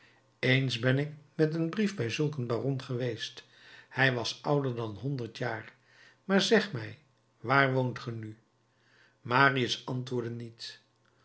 eens ben ik met een brief bij zulk een baron geweest hij was ouder dan honderd jaar maar zeg mij waar woont ge nu marius antwoordde niet